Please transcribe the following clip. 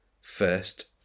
First